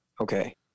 Okay